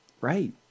right